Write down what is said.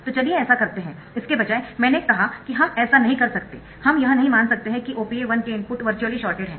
तो चलिए ऐसा करते है इसके बजाय मैंने कहा कि हम ऐसा नहीं कर सकते हम यह नहीं मान सकते कि OPA 1 के इनपुट वर्चुअली शॉर्टेड है